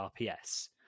RPS